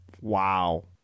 Wow